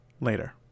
later